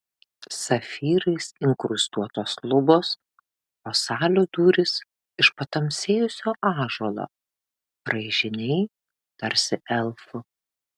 safyrais inkrustuotos lubos o salių durys iš patamsėjusio ąžuolo raižiniai tarsi elfų